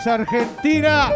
¡Argentina